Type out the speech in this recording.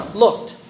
looked